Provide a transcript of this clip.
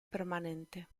permanente